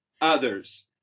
others